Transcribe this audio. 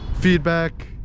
feedback